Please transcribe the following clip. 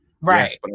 Right